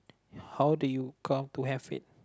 how do you come to have it